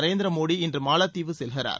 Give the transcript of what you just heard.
நரேந்திர மோடி இன்று மாலத்தீவு செல்கிறார்